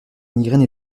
migraine